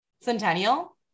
Centennial